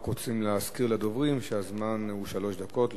אנו רק רוצים להזכיר לדוברים שהזמן הוא שלוש דקות לכולם.